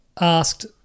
Asked